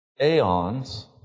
aeons